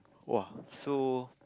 !wah! so